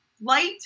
light